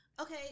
Okay